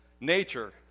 nature